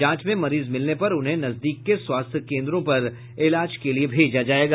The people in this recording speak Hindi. जांच में मरीज मिलने पर उन्हें नजदीक के स्वास्थ्य केन्द्रों पर इलाज के लिए भेजा जायेगा